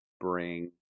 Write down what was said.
bring